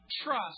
trust